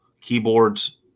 keyboards